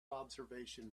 observation